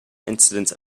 incidence